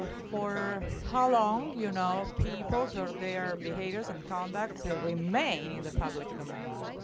ah for how long you know peoples or their behaviors and conducts ah remain in the public domain.